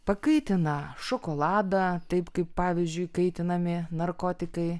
pakaitina šokoladą taip kaip pavyzdžiui kaitinami narkotikai